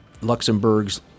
Luxembourg's